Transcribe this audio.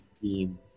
team